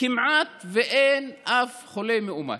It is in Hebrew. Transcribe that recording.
כמעט אין אף חולה מאומת,